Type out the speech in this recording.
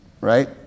Right